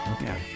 Okay